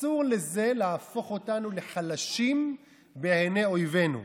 אסור לזה להפוך אותנו לחלשים בעיני אויבינו.